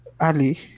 ali